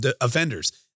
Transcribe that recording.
offenders